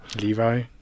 Levi